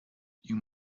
you